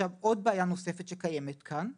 בעיה נוספת שקיימת כאן היא,